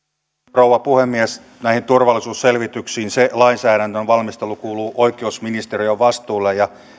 rouva puhemies näissä turvallisuusselvityksissä se lainsäädännön valmistelu kuuluu oikeusministeriön vastuulle ja